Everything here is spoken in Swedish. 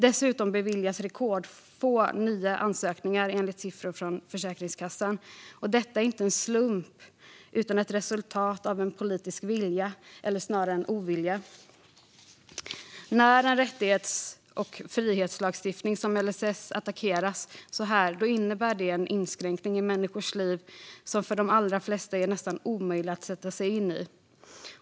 Dessutom beviljas rekordfå nya ansökningar, enligt siffror från Försäkringskassan. Detta är inte en slump utan ett resultat av en politisk vilja, eller snarare ovilja. När en rättighets och frihetslagstiftning som LSS attackeras så här innebär det en inskränkning i människors liv som för de allra flesta är nästan omöjlig att sätta sig in i.